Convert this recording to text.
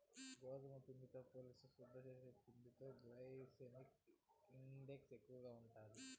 గోధుమ పిండితో పోలిస్తే శుద్ది చేసిన పిండిలో గ్లైసెమిక్ ఇండెక్స్ ఎక్కువ ఉంటాది